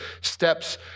steps